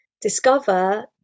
discover